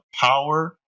power